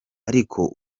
ariko